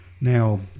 Now